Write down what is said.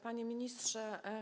Panie Ministrze!